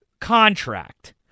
contract